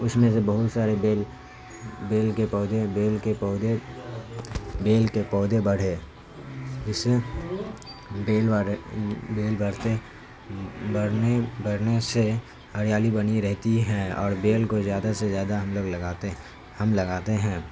اس میں سے بہت سارے بیل بیل کے پودے بیل کے پودے بیل کے پوے بڑھے جس سے بیل والے بیل بڑھتے بڑھنے بڑھنے سے ہریالی بنی رہتی ہے اور بیل کو زیادہ سے زیادہ ہم لوگ لگاتے ہم لگاتے ہیں